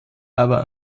aber